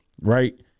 right